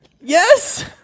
Yes